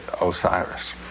Osiris